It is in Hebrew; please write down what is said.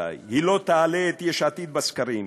היא לא תעלה את יש עתיד בסקרים,